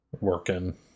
working